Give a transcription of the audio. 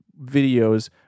videos